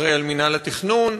שאחראי למינהל התכנון,